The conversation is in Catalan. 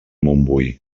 montbui